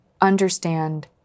understand